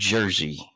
Jersey